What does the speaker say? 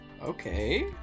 Okay